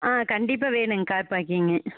ஆ கண்டிப்பாக வேணுங்க car parking